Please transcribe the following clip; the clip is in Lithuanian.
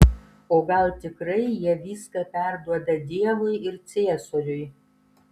o gal tikrai jie viską perduoda dievui ir ciesoriui